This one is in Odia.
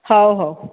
ହଉ ହଉ